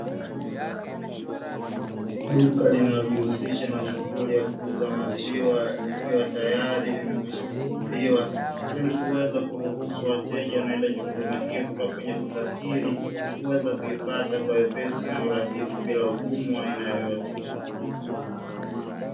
Duka linalojihusisha na shughuli ya kuuza maziwa, likiwa tayari limekwishafunguliwa ili kuweza kuruhusu wateja wanaohitaji huduma hiyo kutoka kwenye duka hili, kuweza kuipata kwa wepesi na urahisi bila ugumu wa aina yoyote.